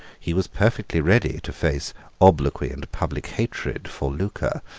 he was perfectly ready to face obloquy and public hatred for lucre.